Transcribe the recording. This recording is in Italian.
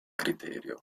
criterio